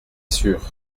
sûr